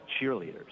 cheerleaders